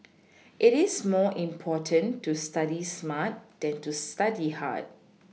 it is more important to study smart than to study hard